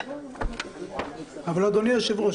אדוני היושב-ראש,